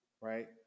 right